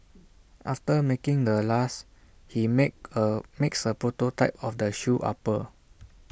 after making the last he make A makes A prototype of the shoe upper